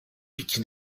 pique